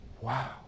Wow